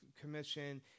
Commission